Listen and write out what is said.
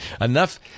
Enough